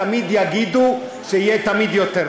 תמיד יגידו שיהיה יותר טוב.